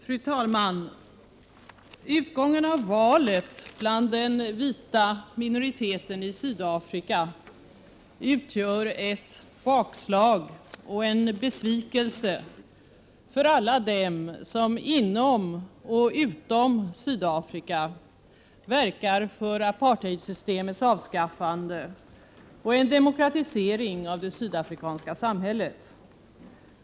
Fru talman! Utgången av valet bland den vita minoriteten i Sydafrika utgör ett bakslag och en besvikelse för alla dem som inom och utom Sydafrika verkar för apartheidsystemets avskaffande och en demokratisering av det — Prot. 1986/87:129 sydafrikanska samhället.